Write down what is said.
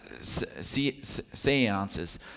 seances